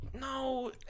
No